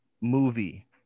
movie